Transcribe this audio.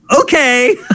okay